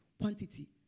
quantity